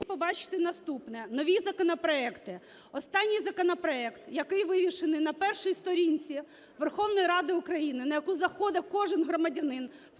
побачити наступне. Нові законопроекти, останній законопроект, який вивішений на першій сторінці Верховної Ради України, на яку заходить кожен громадянин,